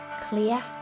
Clear